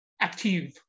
active